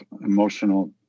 emotional